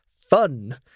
fun